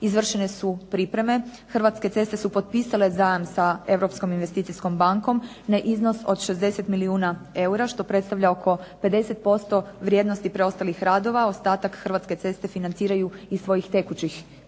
izvršene su pripreme. Hrvatske ceste su potpisale zajam sa Europskom investicijskom bankom na iznos od 60 milijuna eura što predstavlja oko 50% vrijednosti preostalih radova, a ostatak Hrvatske ceste financiraju iz svojih tekućih